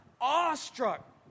awestruck